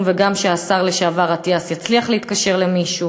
וגם שהשר לשעבר אטיאס יצליח להתקשר למישהו.